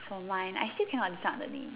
for mine I still cannot decide on the name